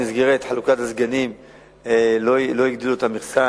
במסגרת חלוקת הסגנים לא הגדילו את המכסה.